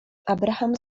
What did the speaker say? abraham